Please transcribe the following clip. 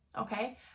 okay